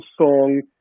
song